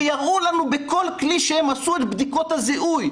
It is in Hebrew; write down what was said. ויראו לנו בכל כלי שהם עשו את בדיקות הזיהוי,